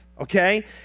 Okay